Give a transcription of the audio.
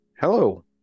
Hello